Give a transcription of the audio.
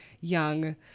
young